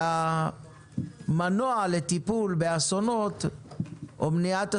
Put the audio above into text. והמנוע לטיפול באסונות או במניעת אסונות,